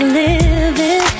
living